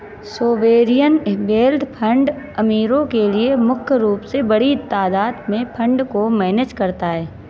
sovereign wealth fund अमीरो के लिए मुख्य रूप से बड़ी तादात में फंड को मैनेज करता है